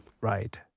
Right